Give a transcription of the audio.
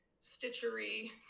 stitchery